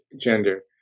gender